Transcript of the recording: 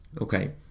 okay